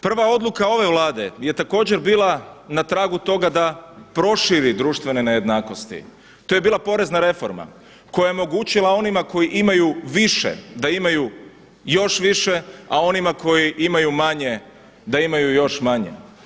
Prva odluka ove Vlade je također bila na tragu toga da proširi društvene nejednakosti, to je bila porezna reforma koja je omogućila onima koji imaju više da imaju još više, a onima koji imaju manje da imaju još manje.